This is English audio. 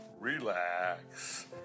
relax